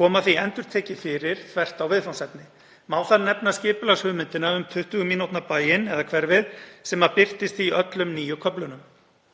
koma því endurtekið fyrir, þvert á viðfangsefni. Má þar nefna skipulagshugmyndina um 20 mínútna bæinn eða hverfið sem birtist í öllum nýju köflunum.